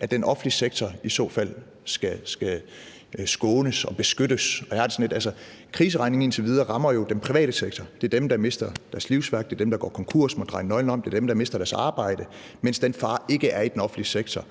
at den offentlige sektor i så fald skal skånes og beskyttes. Kriseregningen rammer jo indtil videre mennesker i den private sektor. Det er dem, der mister deres livsværk, det er dem, der går konkurs og må dreje nøglen, det er dem, der mister deres arbejde – mens den fare ikke er i den offentlige sektor.